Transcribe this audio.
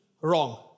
wrong